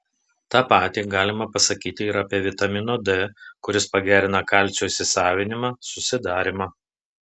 tą patį galima pasakyti ir apie vitamino d kuris pagerina kalcio įsisavinimą susidarymą